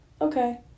Okay